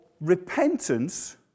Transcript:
repentance